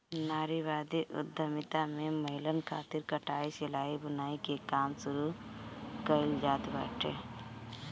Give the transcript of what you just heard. नारीवादी उद्यमिता में महिलन खातिर कटाई, सिलाई, बुनाई के काम शुरू कईल जात बाटे